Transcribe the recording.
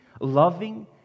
loving